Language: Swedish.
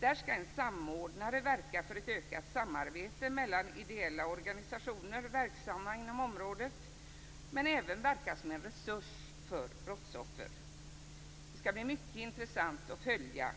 Där skall en samordnare verka för ett ökat samarbete mellan ideella organisationer verksamma inom området, men även som resurs för brottsoffer. Det skall bli mycket intressant att följa